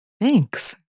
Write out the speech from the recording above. Thanks